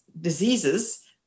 diseases